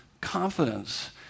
confidence